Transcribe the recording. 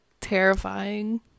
terrifying